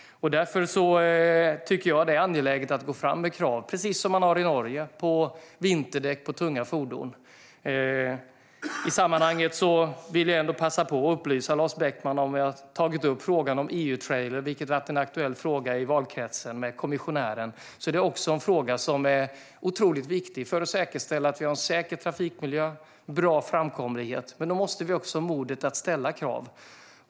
Det är angeläget att gå fram med krav, precis som i Norge, på vinterdäck på tunga fordon. I sammanhanget vill jag ändå passa på att upplysa Lars Beckman om att jag har tagit upp frågan om EU-trailer, vilket har varit en aktuell fråga i valkretsen, med kommissionären. Det är också en otroligt viktig fråga för att säkerställa en säker trafikmiljö och bra framkomlighet. Men då måste vi ha modet att ställa krav.